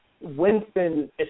Winston